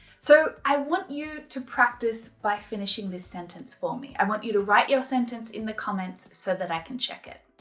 so i want you to practise by finishing this sentence for me. i want you to write your sentence in the comments so that i can check it.